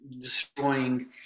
destroying